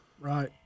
Right